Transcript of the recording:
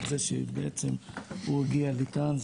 על זה שבעצם הוא הגיע לכאן,